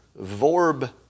VORB